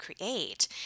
create